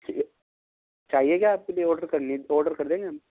चाहिए चाहिए क्या आपके लिए ऑर्डर कर ले ऑर्डर कर देंगे हम